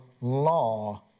law